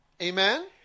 Amen